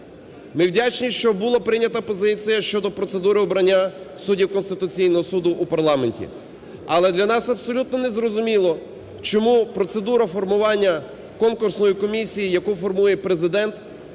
Ми вдячні, що була прийнята позиція щодо процедури обрання суддів Конституційного Суду у парламенті. Але для нас абсолютно не зрозуміло, чому процедура формування конкурсної комісії, яку формує Президент,